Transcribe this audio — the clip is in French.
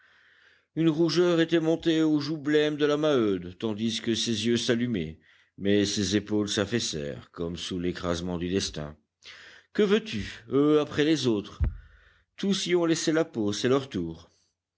une rougeur était montée aux joues blêmes de la maheude tandis que ses yeux s'allumaient mais ses épaules s'affaissèrent comme sous l'écrasement du destin que veux-tu eux après les autres tous y ont laissé la peau c'est leur tour